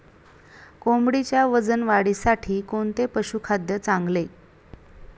कोंबडीच्या वजन वाढीसाठी कोणते पशुखाद्य चांगले?